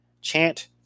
chant